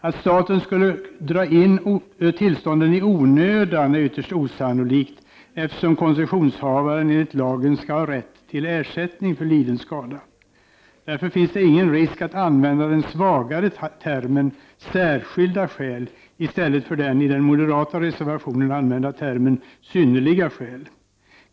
Att staten skulle dra in tillståndet i onödan är ytterst osannolikt, eftersom koncessionshavaren enligt lagen skall ha rätt till ersättning för liden skada. Därför finns det ingen risk att använda den svagare termen ”särskilda skäl” i stället för den i den moderata reservationen använda termen ”synnerliga skäl”.